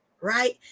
right